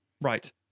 Right